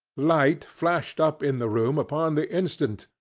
light flashed up in the room upon the instant,